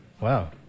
Wow